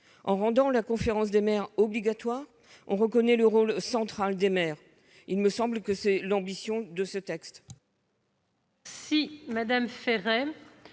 de la conférence des maires obligatoire, on reconnaîtra le rôle central des maires. Il me semble que telle est l'ambition de ce texte.